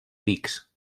pics